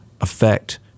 affect